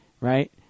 right